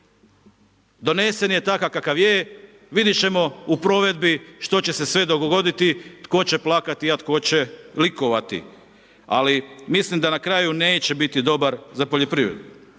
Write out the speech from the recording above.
Donesen je takav kakav je, vidjet ćemo u provedbi što će se sve dogoditi, tko će plakati, a tko će likovati, ali mislim da na kraju neće biti dobar za poljoprivredu.